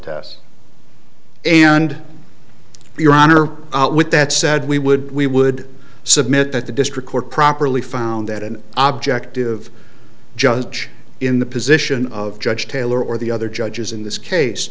test and your honor with that said we would we would submit that the district court properly found that an object of judge in the position of judge taylor or the other judges in this case